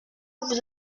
vous